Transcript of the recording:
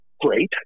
great